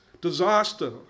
Disaster